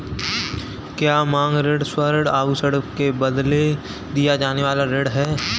क्या मांग ऋण स्वर्ण आभूषण के बदले दिया जाने वाला ऋण है?